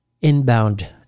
inbound